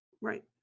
Right